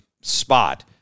spot